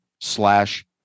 slash